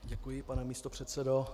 Děkuji, pane místopředsedo.